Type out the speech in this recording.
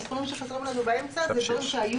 המספרים שחסרים לנו באמצע אלה דברים שהיו